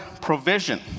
provision